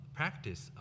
practice